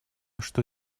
что